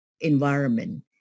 environment